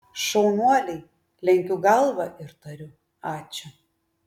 šaunuoliai lenkiu galvą ir tariu ačiū